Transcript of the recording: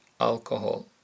alcohol